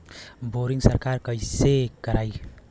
Boring सरकार कईसे करायी?